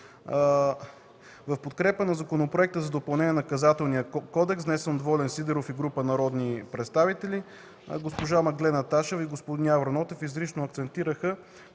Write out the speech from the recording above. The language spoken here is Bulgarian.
В подкрепа на Законопроекта за допълнение на Наказателния кодекс, внесен от Волен Сидеров и група народни представители, госпожа Магдалена Ташева и господин Явор Нотев изрично акцентираха,